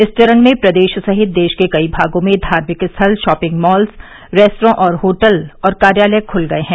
इस चरण में प्रदेश सहित देश के कई भागों में धार्मिक स्थल शॉपिंग मॉल रेस्त्रा होटल और कार्यालय खुल गए हैं